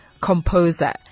composer